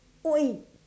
!oi!